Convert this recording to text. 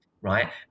right